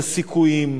את הסיכויים,